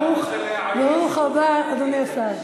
מהרו והביאו את השר.